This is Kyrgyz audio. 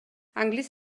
англис